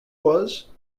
was